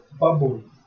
bubble